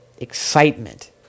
excitement